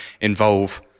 involve